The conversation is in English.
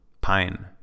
pine